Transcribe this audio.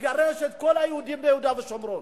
לגרש את כל היהודים ביהודה ושומרון,